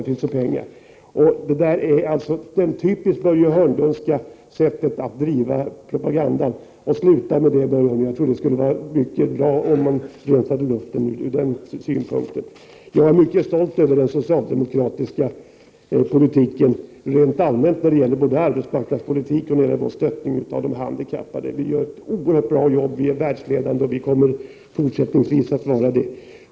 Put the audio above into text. Det vi nyss hörde var det typiskt Börje Hörnlundska sättet att driva propaganda. Sluta med det, Börje Hörnlund! Jag tror att det skulle rensa luften. Jag är mycket stolt över den socialdemokratiska politiken rent allmänt, när det gäller både arbetsmarknadspolitik och stöttning av de handikappade. Vi gör ett oerhört bra jobb. Sverige är världsledande och kommer även fortsättningsvis att vara det.